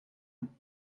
man